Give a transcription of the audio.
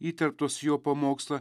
įterptos į jo pamokslą